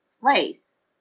place